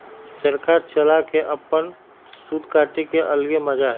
चरखा चला के अपन सूत काटे के अलगे मजा हई